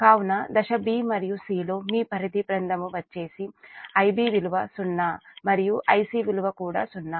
కాబట్టి దశ b మరియు c లో మీ పరిధి ప్రతిబంధము వచ్చేసి Ib విలువ సున్నా మరియు Ic విలువ కూడా సున్నా